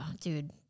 dude